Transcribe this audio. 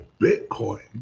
Bitcoin